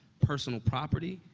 personal property,